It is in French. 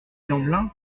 lemblin